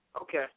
Okay